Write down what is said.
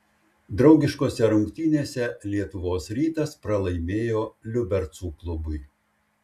draugiškose rungtynėse lietuvos rytas pralaimėjo liubercų klubui